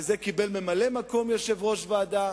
וזה קיבל ממלא-מקום יושב-ראש ועדה.